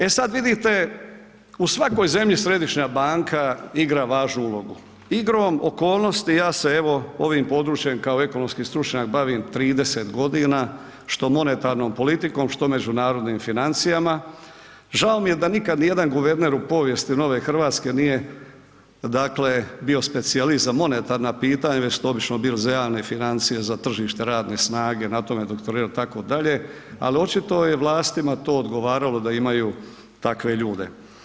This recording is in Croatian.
E sad vidite, u svakoj zemlji središnja banka igra važnu ulogu, igrom okolnosti ja se evo ovim područjem kao ekonomski stručnjak bavim 30.g., što monetarnom politikom, što međunarodnim financijama, žao mi je da nikad nijedan guverner u povijesti nove RH nije dakle bio specijalist za monetarna pitanja već su to obično bili za javne financije, za tržište radne snage, na tome doktorirao itd., ali očito je vlastima to odgovaralo da imaju takve ljude.